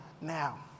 now